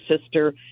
sister